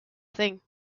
thing